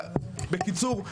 ובקיצור,